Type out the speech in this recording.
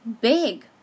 big